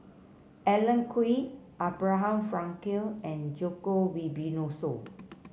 Alan Oei Abraham Frankel and Djoko Wibisono